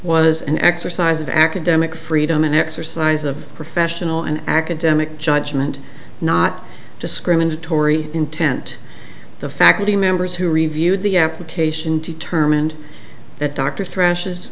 was an exercise of academic freedom an exercise of professional and academic judgment not discriminatory intent the faculty members who reviewed the application to term and that dr thrashes